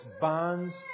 bonds